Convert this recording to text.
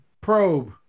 probe